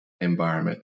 environment